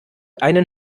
einen